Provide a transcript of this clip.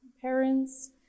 parents